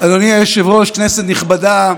אדוני היושב-ראש, כנסת נכבדה,